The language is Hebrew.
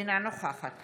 אינה נוכחת